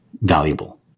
valuable